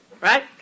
Right